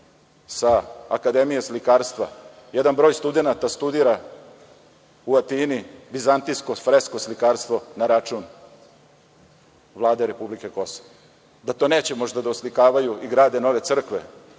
sa Akademije slikarstva jedan broj studenata studira u Atini vizantinsko fresko-slikarstvo na račun Vlade Republike Kosovo? Da to neće možda da oslikavaju i grade nove crkve